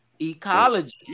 Ecology